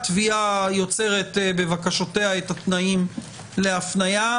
התביעה יוצרת בבקשותיה את התנאים להפניה,